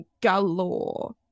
galore